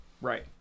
right